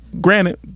Granted